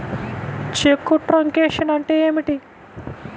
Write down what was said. చెక్కు truncation అంటే ఏమిటి?